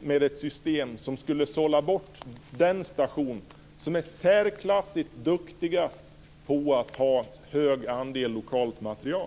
med ett system som skulle sålla bort den station som är särklassigt duktigast på att ha en hög andel lokalt material?